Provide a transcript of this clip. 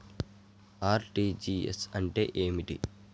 RTGS అంటే ఏమిటి?